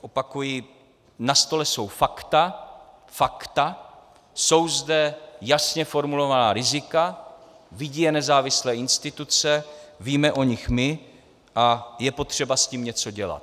Opakuji, na stole jsou fakta, fakta, jsou zde jasně formulovaná rizika, vidí je nezávislé instituce, víme o nich my a je potřeba s tím něco dělat.